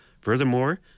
Furthermore